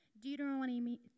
Deuteronomy